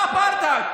על כיבוש יש קונסנזוס,